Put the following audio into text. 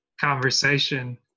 conversation